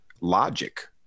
logic